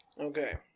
Okay